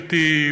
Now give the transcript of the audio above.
גברתי,